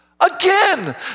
Again